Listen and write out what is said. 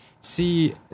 see